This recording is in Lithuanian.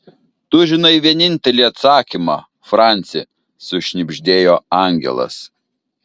tu žinai vienintelį atsakymą franci sušnibždėjo angelas